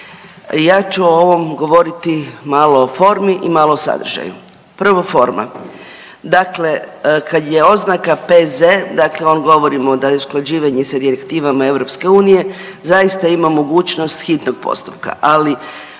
Ja ću o ovom govoriti malo o formi i malo o sadržaju. Prvo forma. Dakle, kad je oznaka P.Z. dakle onda govorimo da je usklađivanje sa direktivama Europske unije, zaista ima mogućnost hitnog postupka. Ali